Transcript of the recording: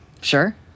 Sure